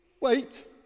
Wait